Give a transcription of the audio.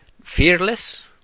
fearless